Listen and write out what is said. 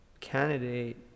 candidate